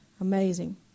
Amazing